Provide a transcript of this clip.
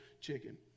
chicken